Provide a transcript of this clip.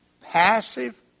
passive